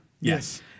Yes